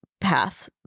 path